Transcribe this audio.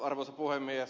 arvoisa puhemies